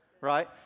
right